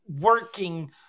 working